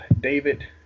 David